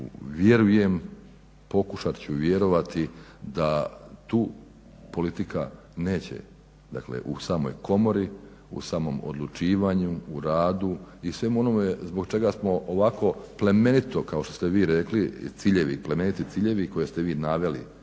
vjerujem pokušat ću vjerovati da tu politika neće u samoj komori u samom odlučivanju u radu i sve ono zbog čega smo ovako plemenito kao što ste vi rekli plemeniti ciljevi koje ste vi naveli